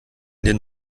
den